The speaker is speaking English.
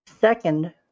Second